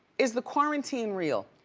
is the quarantine real?